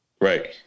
Right